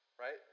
Right